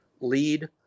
lead